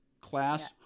Class